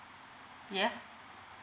yeah